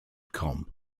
com